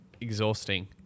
exhausting